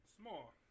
small